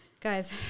Guys